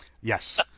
Yes